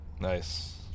Nice